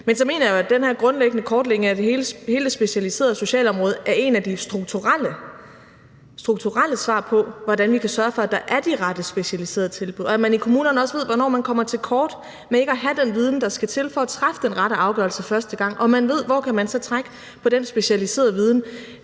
mener jeg jo, at den her grundlæggende kortlægning af hele det specialiserede socialområde er et af de strukturelle svar på, hvordan vi kan sørge for, at der er de rette specialiserede tilbud, og at man i kommunerne også ved, hvornår man kommer til kort i forhold til at have den viden, der skal til, for at træffe den rette afgørelse første gang, og at man ved, hvor man så kan trække på den specialiserede viden.